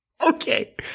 okay